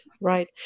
Right